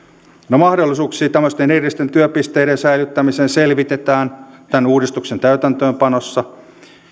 no mahdollisuuksia tämmöisten erillisten työpisteiden säilyttämiseen selvitetään tämän uudistuksen täytäntöönpanossa ja